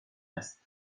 است